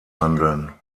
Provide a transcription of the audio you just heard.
handeln